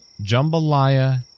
Jambalaya